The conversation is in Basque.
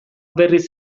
berriz